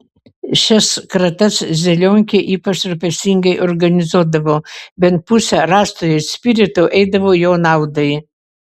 šias kratas zelionkė ypač rūpestingai organizuodavo bent pusė rastojo spirito eidavo jo naudai